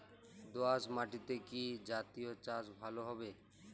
দোয়াশ মাটিতে কি জাতীয় চাষ ভালো হবে?